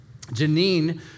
Janine